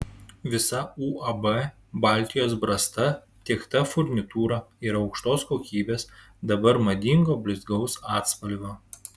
visa uab baltijos brasta tiekta furnitūra yra aukštos kokybės dabar madingo blizgaus atspalvio